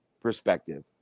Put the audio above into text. perspective